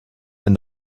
and